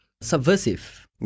subversive